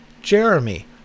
Jeremy